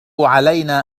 علينا